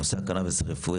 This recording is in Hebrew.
נושא הקנאביס הרפואי,